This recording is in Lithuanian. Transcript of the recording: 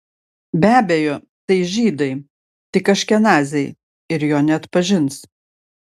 be abejo tai žydai tik aškenaziai ir jo neatpažins